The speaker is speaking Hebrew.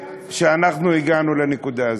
והגענו לנקודה הזאת.